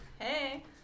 Hey